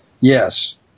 Yes